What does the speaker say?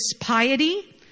piety